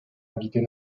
habité